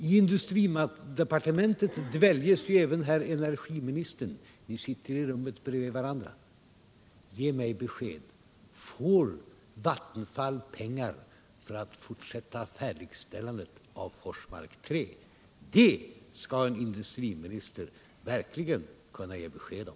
I industridepartementet dväljes ju även herr energiministern, eftersom ni sitter i rum bredvid varandra. Ge mig besked om Vattenfall får pengar för att fortsätta färdigställandet av Forsmark 3! Det skall en industriminister verkligen kunna ge besked om.